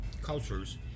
cultures